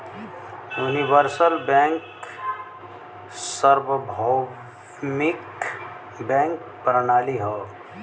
universal bank सार्वभौमिक bank प्रणाली हौ